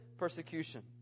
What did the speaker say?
persecution